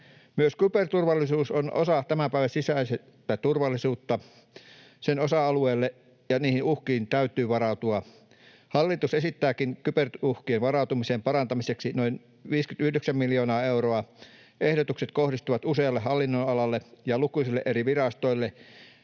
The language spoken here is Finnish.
Myös kyberturvallisuus on osa tämän päivän sisäistä turvallisuutta. Sen osa-alueelle ja niihin uhkiin täytyy varautua. Hallitus esittääkin kyberuhkiin varautumisen parantamiseksi noin 59 miljoonaa euroa. Ehdotukset kohdistuvat usealle hallinnonalalle ja lukuisille eri virastoille,